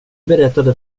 berättade